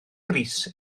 brys